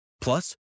Plus